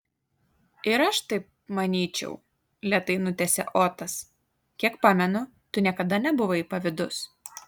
ir aš taip manyčiau lėtai nutęsė otas kiek pamenu tu niekada nebuvai pavydus